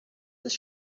das